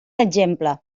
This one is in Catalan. exemple